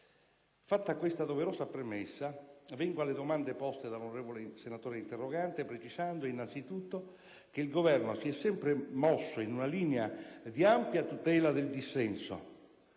Fatta questa doverosa premessa, vengo alle domande poste dall'onorevole senatore interrogante precisando, innanzi tutto, che il Governo si è sempre mosso in una linea di ampia tutela del dissenso,